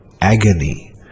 agony